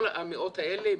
כל המאות האלה.